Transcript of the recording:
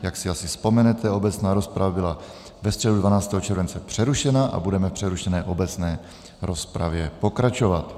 Jak si asi vzpomenete, obecná rozprava byla ve středu 12. července přerušena a budeme v přerušené obecné rozpravě pokračovat.